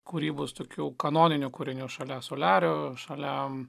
kūrybos tokių kanoninių kūrinių šalia soliario šalia